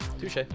Touche